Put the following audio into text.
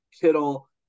Kittle